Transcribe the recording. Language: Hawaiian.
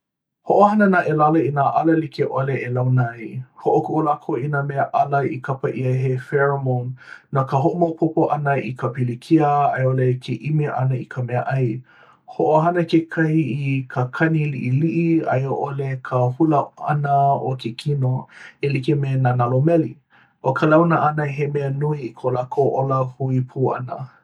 Hoʻohana nā ʻelala i nā ala like ʻole e launa ai. Hoʻokuʻu lākou i nā mea ʻala i kapa ʻia he ‘pheromone’ no ka hoʻomaopopo ʻana i ka pilikia a i ʻole ke ʻimi ʻana i ka meaʻai. Hoʻohana kekahi i ka kani liʻiliʻi a i ʻole ka hula ʻana o ke kino, e like me nā nalo meli. ʻO ka launa ʻana he mea nui i ko lākou ola hui pū ʻana.